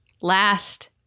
last